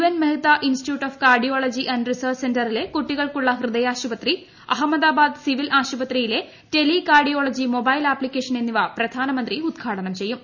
N Mehta institute of cardiology and research സെന്ററിലെ കുട്ടികൾക്കുള്ള ഹൃദയാശുപത്രി അഹമ്മദാബാദ് സിവിൽ ആശുപത്രിയിലെ ടെലി കാർഡിയോളജി മൊബൈൽ ആപ്തിക്കേഷൻ എന്നിവ പ്രധാനമന്ത്രി ഉദ്ഘാടനം ചെയ്യും